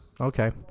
Okay